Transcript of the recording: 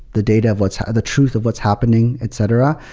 the data of what's the truth of what's happening, etc,